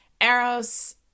Eros